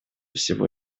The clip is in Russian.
всего